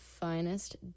finest